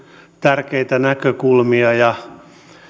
tärkeitä näkökulmia